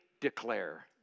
declare